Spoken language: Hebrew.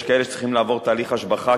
יש כאלה שצריכים לעבור תהליך השבחה,